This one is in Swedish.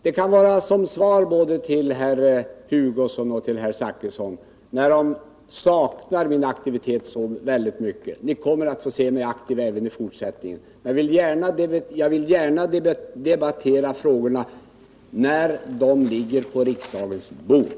Det kan gälla som svar både till herr Hugosson och till herr Zachrisson, som saknar min aktivitet så väldigt mycket. Ni kommer att få se mig aktiv även i fortsättningen. Jag vill gärna debattera frågorna när de ligger på riksdagens bord.